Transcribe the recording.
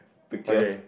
okay